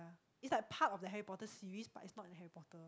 it's like part of the Harry-Potter series but it's not in Harry-Potter